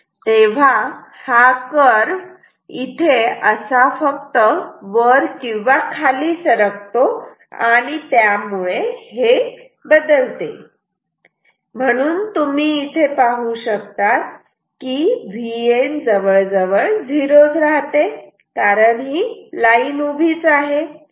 तेव्हा हा कर्व इथे असा वर किंवा खाली सरकतो आणि त्यामुळे हे बदलते म्हणून तुम्ही इथे पाहू शकतात की Vn जवळजवळ झिरो च राहते कारण ही लाइन उभीच आहे